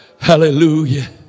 Hallelujah